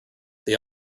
they